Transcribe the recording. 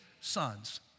sons